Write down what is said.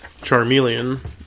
Charmeleon